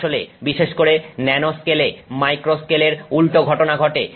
আসলে বিশেষ করে ন্যানো স্কেলে মাইক্রো স্কেল এর উল্টো ঘটনা ঘটে